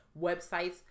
websites